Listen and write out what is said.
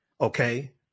Okay